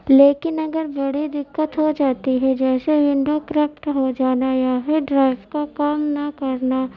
لیکن اگر بڑی دقت ہو جاتی ہے جیسے ونڈو کرپٹ ہو جانا یا پھر ڈرائیو کا کام نہ کرنا